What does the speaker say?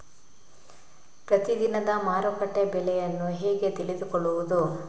ಪ್ರತಿದಿನದ ಮಾರುಕಟ್ಟೆ ಬೆಲೆಯನ್ನು ಹೇಗೆ ತಿಳಿದುಕೊಳ್ಳುವುದು?